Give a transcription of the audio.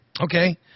Okay